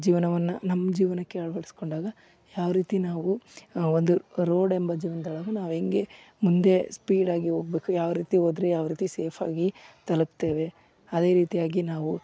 ಜೀವನವನ್ನ ನಮ್ಮ ಜೀವನಕ್ಕೆ ಅಳವಡಿಸ್ಕೊಂಡಾಗ ಯಾವ ರೀತಿ ನಾವು ಒಂದು ರೋಡ್ ಎಂಬ ಜೀವನ್ದೊಳಗೆ ನಾವು ಹೆಂಗೆ ಮುಂದೆ ಸ್ಪೀಡಾಗಿ ಹೋಗ್ಬೇಕು ಯಾವ ರೀತಿ ಹೋದ್ರೆ ಯಾವ ರೀತಿ ಸೇಫಾಗಿ ತಲುಪ್ತೇವೆ ಅದೇ ರೀತಿಯಾಗಿ ನಾವು